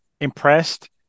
impressed